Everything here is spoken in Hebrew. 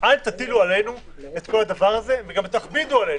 אל תטילו עלינו את כל הדבר הזה, וגם תכבידו עלינו.